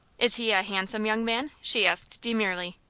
is he a handsome young man? she asked, demurely.